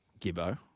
Gibbo